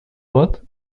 both